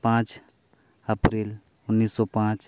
ᱯᱟᱸᱪ ᱮᱯᱨᱤᱞ ᱩᱱᱤᱥᱥᱚ ᱯᱟᱸᱪ